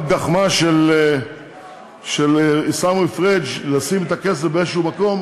רק גחמה של עיסאווי פריג' לשים את הכסף באיזה מקום,